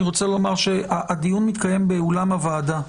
אני רוצה לומר שהדיון מתקיים באולם הוועדה,